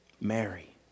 Mary